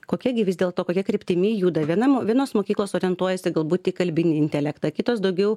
kokia gi vis dėlto kokia kryptimi juda viena mo vienos mokyklos orientuojasi galbūt į kalbinį intelektą kitos daugiau